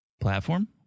platform